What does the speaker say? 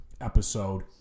episode